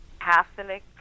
Catholic